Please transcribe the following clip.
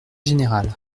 général